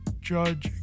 Judge